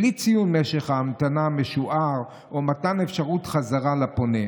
בלי ציון משך ההמתנה המשוער או מתן אפשרות חזרה לפונה.